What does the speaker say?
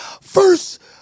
first